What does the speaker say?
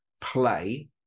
play